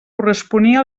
corresponia